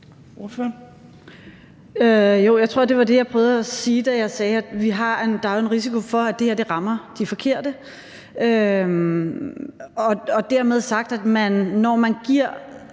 jeg tror, det var det, jeg prøvede at sige, da jeg sagde, at der jo er en risiko for, at det her rammer de forkerte. Dermed sagt, at når man giver